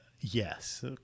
Yes